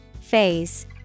Phase